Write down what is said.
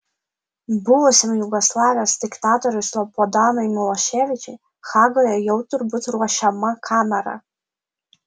buvusiam jugoslavijos diktatoriui slobodanui miloševičiui hagoje jau turbūt ruošiama kamera